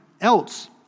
else